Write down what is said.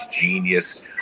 genius